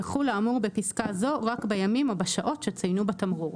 יחול האמור בפסקה זו רק בימים או בשעות שצוינו בתמרור".